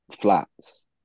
flats